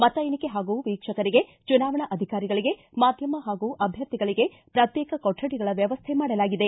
ಮತ ಎಣಿಕೆ ಹಾಗೂ ವೀಕ್ಷಕರಿಗೆ ಚುನಾವಣಾ ಅಧಿಕಾರಿಗಳಿಗೆ ಮಾಧ್ಯಮ ಹಾಗೂ ಅಭ್ಯರ್ಥಿಗಳಿಗೆ ಪ್ರತ್ಯೇಕ ಕೊಠಡಿಗಳ ವ್ಣವಸ್ಥೆ ಮಾಡಲಾಗಿದೆ